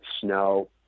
snow